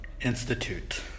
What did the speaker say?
Institute